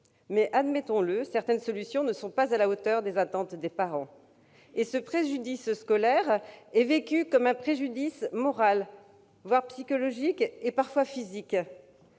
Admettons-le, certaines solutions ne sont pas à la hauteur des attentes des parents. Ce préjudice scolaire est vécu comme un préjudice moral, psychologique, voire physique.